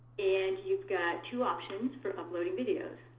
and you've got two options for uploading videos.